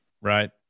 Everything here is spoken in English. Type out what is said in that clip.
Right